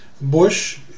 Bush